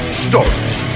starts